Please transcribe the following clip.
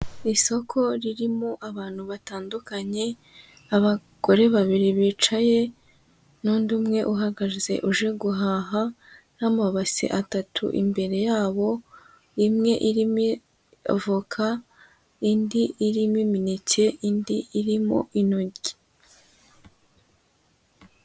Isoko ririmo abantu batandukanye, abagore babiri bicaye n'undi umwe uhagaze uje guhaha n'amabase atatu imbere yabo, imwe irimo avoka, indi irimo imineke, indi irimo intoryi.